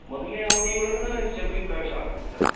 ಮೊದಲನೇ ಅವ್ಧಿ ಓಳಗನ ಶಬರಿ ಪ್ರವೇಶ ಆಗ್ತದ ಸರ್